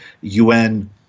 UN –